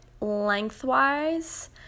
lengthwise